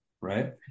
right